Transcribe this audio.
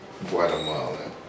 Guatemala